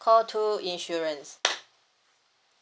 call two insurance